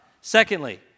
secondly